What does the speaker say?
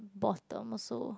bottom also